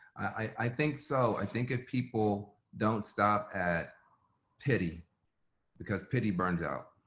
i think so, i think if people don't stop at pity because pity burns out,